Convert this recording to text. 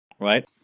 right